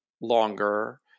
longer